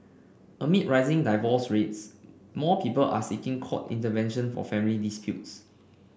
amid rising divorce rates more people are seeking court intervention for family disputes